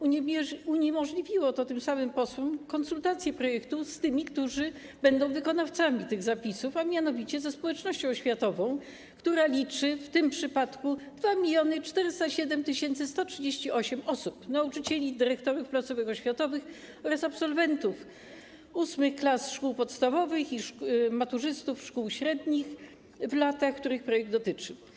Uniemożliwiło to tym samym posłom konsultacje projektu z tymi, którzy będą wykonawcami tych zapisów, a mianowicie ze społecznością oświatową, która liczy w tym przypadku 2 407 138 osób - nauczycieli, dyrektorów placówek oświatowych oraz absolwentów VIII klas szkół podstawowych i maturzystów ze szkół średnich z lat, których projekt dotyczył.